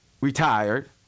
retired